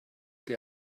they